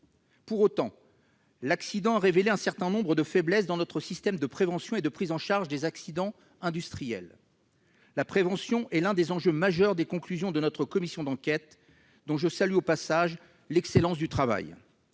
Pour autant, l'accident a révélé un certain nombre de faiblesses dans notre système de prévention et de prise en charge des accidents industriels. La prévention est l'un des enjeux majeurs que font ressortir les conclusions de notre commission d'enquête, dont je salue au passage l'excellence du travail.